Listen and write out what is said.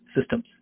systems